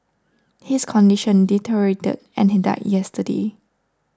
his condition deteriorated and he died yesterday